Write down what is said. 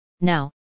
Now